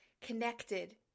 connected